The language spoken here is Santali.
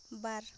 ᱵᱟᱨ